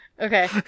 Okay